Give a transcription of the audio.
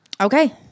okay